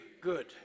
Good